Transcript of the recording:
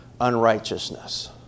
unrighteousness